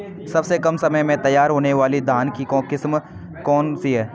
सबसे कम समय में तैयार होने वाली धान की किस्म कौन सी है?